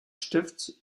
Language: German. stifts